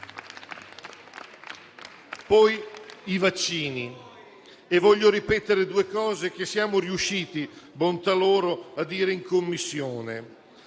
i vaccini, voglio ripetere due cose che siamo riusciti - bontà loro - a dire in Commissione: